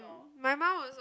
my mum also